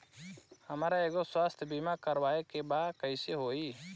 हमरा एगो स्वास्थ्य बीमा करवाए के बा कइसे होई?